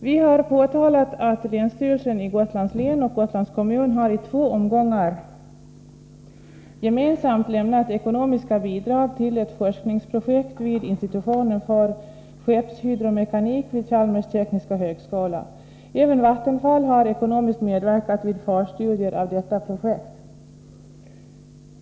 Vi har påtalat att länsstyrelsen i Gotlands län och Gotlands kommun i två omgångar gemensamt har lämnat ekonomiska bidrag till ett forskningsprojekt vid institutionen för skeppshydromekanik vid Chalmers tekniska högskola. Även Vattenfall har ekonomiskt medverkat vid förstudier av detta projekt.